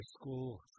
school